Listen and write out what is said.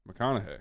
McConaughey